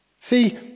See